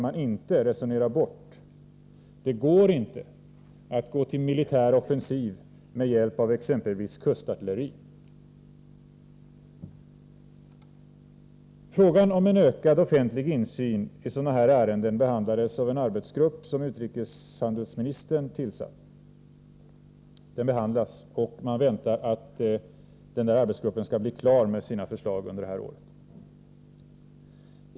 Man kan inte gå till militär offensiv med hjälp av exempelvis kustartilleriet. Frågan om en ökad offentlig insyn i sådana här ärenden behandlas av en arbetsgrupp, som utrikeshandelsministern har tillsatt, och man väntar att arbetsgruppen skall bli klar och kunna lägga fram förslag under året.